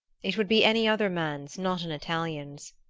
it would be any other man's not an italian's.